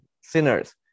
sinners